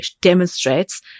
demonstrates